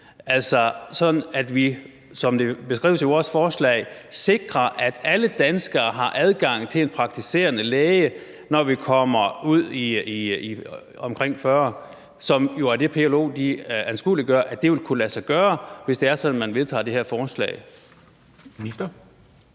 så det, som beskrevet i vores forslag, sikres, at alle danskere har adgang til en praktiserende læge, når vi når til omkring 2040, som jo er det, PLO anskueliggør vil kunne lade sig gøre, hvis man vedtager det her forslag?